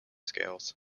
scales